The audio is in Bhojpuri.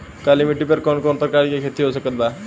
काली मिट्टी पर कौन कौन प्रकार के खेती हो सकत बा?